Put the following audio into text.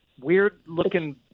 weird-looking